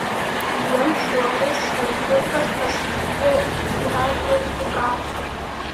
dviem šuoliais henrikas pasivijo ją ir sugavo